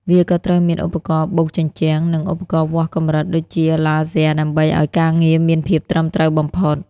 វាក៏ត្រូវមាន ឧបករណ៍បូកជញ្ជាំង និង ឧបករណ៍វាស់កម្រិត ដូចជាឡាស៊ែរដើម្បីឱ្យការងារមានភាពត្រឹមត្រូវបំផុត។